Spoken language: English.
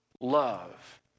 Love